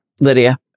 lydia